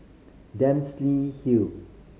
Dempsey Hill